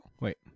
wait